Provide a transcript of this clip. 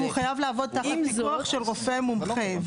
והוא חייב לעבוד תחת פיקוח של רופא מומחה.